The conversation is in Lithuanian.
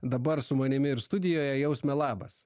dabar su manimi ir studijoje jausme labas